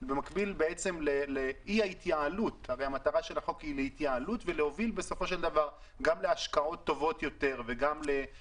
המטרה של החוק היא להביא להתייעלות ולהשקעות טובות יותר ולשוויון